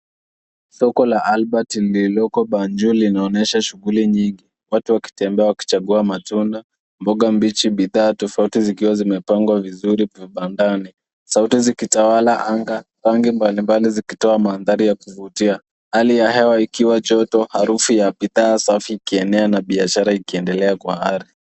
Soko la Albert lililoko Banju linaonyesha shuguli nyingi, watu wakitembea wakichagua matunda, mboga, bidhaa tofauti zikiwa zimepangwa vizuri vibandani, sauti zikitawala anga, rangi mbalimbali zikitoa mandhari ya kuvuti, hali ya hewa ikiwa joto, harufu ya bidhaa safi ikienea na biashara ikiendelea kwa ari.